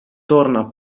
torna